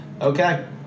okay